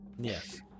Yes